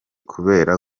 kubera